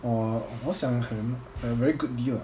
我我想很 uh very good deal ah